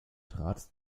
trat